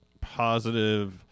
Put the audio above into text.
positive